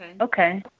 Okay